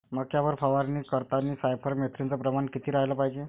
मक्यावर फवारनी करतांनी सायफर मेथ्रीनचं प्रमान किती रायलं पायजे?